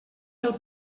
del